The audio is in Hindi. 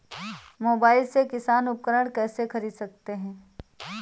मोबाइल से किसान उपकरण कैसे ख़रीद सकते है?